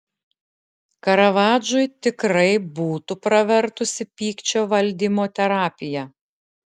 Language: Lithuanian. karavadžui tikrai būtų pravertusi pykčio valdymo terapija